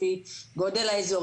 לפי גודל האזור,